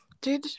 Dude